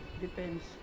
depends